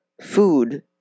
Food